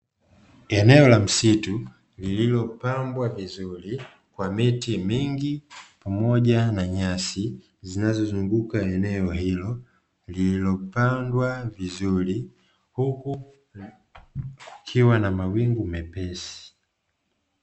Eneo la msitu lililopambwa vizuri kwa miti mingi pamoja na nyasi, zinazozunguka eneo hilo lililopandwa vizuri, huku kukiwa na mawingu mepesi.